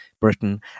Britain